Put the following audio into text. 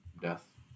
death